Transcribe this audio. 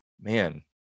Man